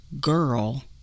girl